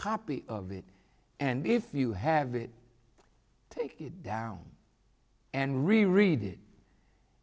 copy of it and if you have it take it down and reread it